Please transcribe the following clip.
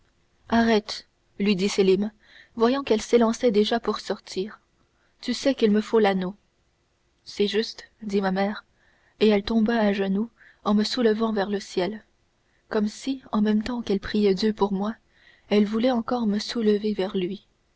arrête lui dit sélim voyant qu'elle s'élançait déjà pour sortir tu sais qu'il me faut l'anneau c'est juste dit ma mère et elle tomba à genoux en me soulevant vers le ciel comme si en même temps qu'elle priait dieu pour moi elle voulait encore me soulever vers lui